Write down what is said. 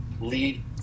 lead